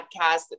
Podcast